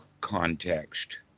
context